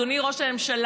אדוני ראש הממשלה,